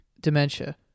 dementia